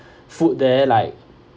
food there like